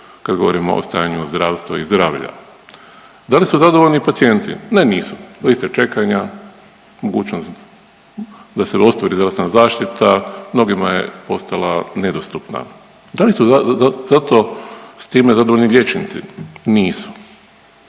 kad govorimo o stanju o zdravstvu i zdravlja. Da li su zadovoljni pacijenti? Ne, nisu. Liste čekanja, mogućnost da se ostvari zdravstvena zaštita mnogima je postala nedostupna. Da li zato s time zadovoljni liječnici? Nisu.